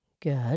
Good